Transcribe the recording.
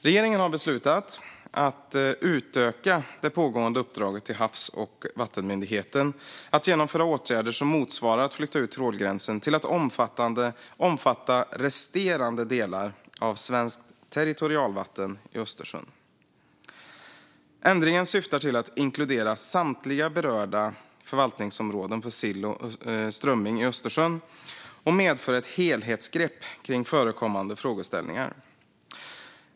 Regeringen har beslutat att utöka det pågående uppdraget till Havs och vattenmyndigheten att genomföra åtgärder som motsvarar att flytta ut trålgränsen till att omfatta resterande delar av svenskt territorialvatten i Östersjön. Ändringen syftar till att inkludera samtliga berörda förvaltningsområden för sill och strömming i Östersjön och medför ett helhetsgrepp kring förekommande frågeställningar.